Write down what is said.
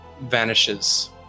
vanishes